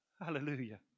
Hallelujah